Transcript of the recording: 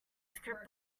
script